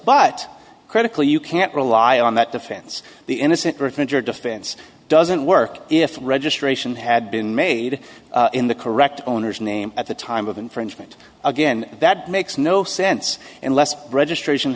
but critically you can't rely on that defense the innocent person injured defense doesn't work if registration had been made in the correct owner's name at the time of infringement again that makes no sense unless registration